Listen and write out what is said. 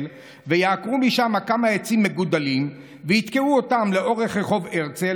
ויעקרו משם כמה עצים מגודלים ויתקעו אותם לאורך רחוב הרצל,